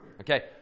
Okay